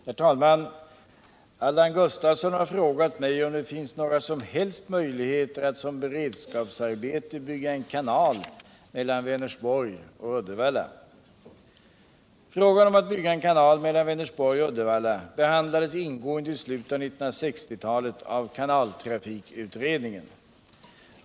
Herr talman! Allan Gustafsson har frågat mig om det finns några som helst möjligheter att som beredskapsarbete bygga en kanal mellan Vänersborg och Uddevalla. Frågan om att bygga en kanal mellan Vänersborg och Uddevalla behandlades ingående i slutet av 1960-talet av kanaltrafikutredningen.